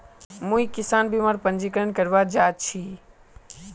मुई किसान बीमार पंजीकरण करवा जा छि